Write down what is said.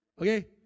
Okay